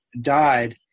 died